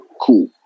cool